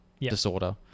disorder